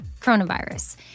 coronavirus